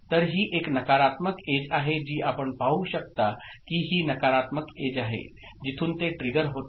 तर ही एक नकारात्मक एज आहे जी आपण पाहू शकता की ही नकारात्मक एज आहे जिथून ते ट्रिगर होते